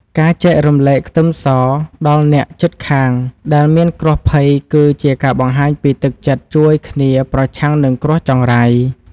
ការចែករំលែកខ្ទឹមសដល់អ្នកជិតខាងដែលមានគ្រោះភ័យគឺជាការបង្ហាញពីទឹកចិត្តជួយគ្នាប្រឆាំងនឹងគ្រោះចង្រៃ។